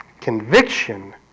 Conviction